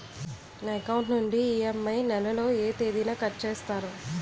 నా అకౌంట్ నుండి ఇ.ఎం.ఐ నెల లో ఏ తేదీన కట్ చేస్తారు?